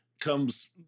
comes